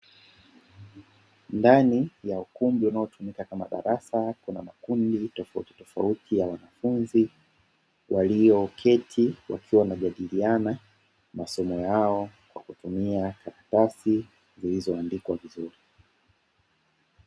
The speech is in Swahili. Ndani ya ukumbi unaotumika kama darasa, kuna makundi tofauti tofauti ya wanafunzi walioketi wakiwa wanajadili masomo yao kwa kutumia karatasi zilizoandikwa vizuri.